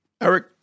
Eric